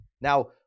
now